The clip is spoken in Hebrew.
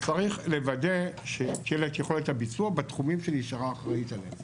צריך לוודא שהיא הקלה את יכולת הביצוע בתחומים שהיא נשארה אחראית עליהם,